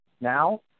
now